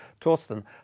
Torsten